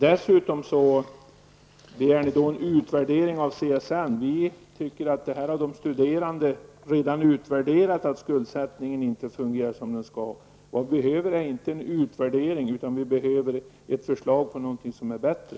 Dessutom begär ni att CSN skall göra en utvärdering. De studerande har redan utvärderat detta och tycker att skuldsättningen inte fungerar som den skall. Vi behöver inte en utvärdering till, utan vi behöver ett förslag på någonting som är bättre.